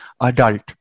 adult